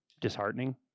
Disheartening